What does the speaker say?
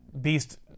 Beast